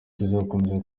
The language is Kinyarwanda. tuzakomeza